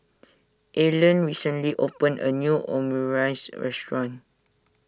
Allen recently opened a new Omurice restaurant